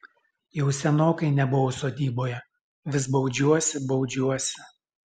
jau senokai nebuvau sodyboje vis baudžiuosi baudžiuosi